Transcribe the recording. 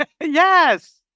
Yes